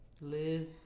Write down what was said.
Live